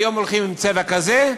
היום הולכים עם צבע כזה,